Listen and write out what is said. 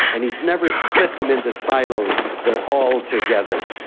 and he has never split them into silos, they're all together.